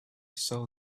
saw